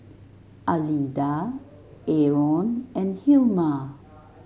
Alida Arron and Hilma